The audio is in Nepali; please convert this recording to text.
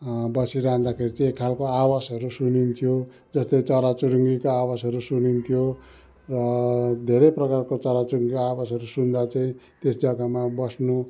बसिँरादाखेरि चाहिँ एकखालको आवाजहरू सुनिन्थ्यो र त्यो चरा चुरूङ्गीको आवाजहरू सुनिन्थ्यो र धेरै प्रकारको चरा चुरूङ्गीको आवाजहरू सुन्दा चाहिँ त्यस जग्गामा बस्नु